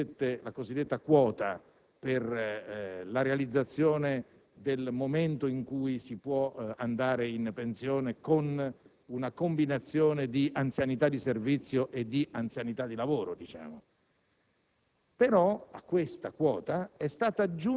osservatori: è vero che è stata introdotta la cosiddetta quota per la realizzazione del momento in cui si può andare in pensione, con una combinazione di anzianità di servizio e di anzianità di lavoro, ma